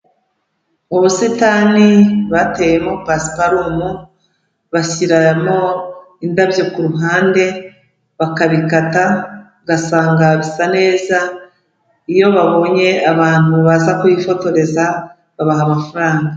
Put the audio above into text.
Ubusitani bateyemo pasiparumu, bashyiramo indabyo ku ruhande bakabikata ugasanga bisa neza, iyo babonye abantu baza kuhifotoreza babaha amafaranga.